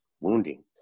wounding